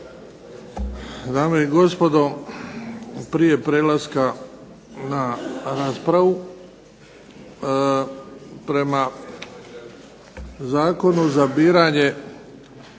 Dame i gospodo prije prelaska na raspravu prema Zakonu za biranje